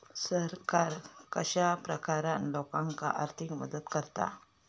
सरकार कश्या प्रकारान लोकांक आर्थिक मदत करता?